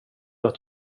att